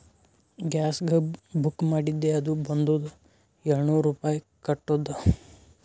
ಗ್ಯಾಸ್ಗ book ಮಾಡಿದ್ದೆ ಅದು ಬಂದುದ ಏಳ್ನೂರ್ ರುಪಾಯಿ ಕಟ್ಟುದ್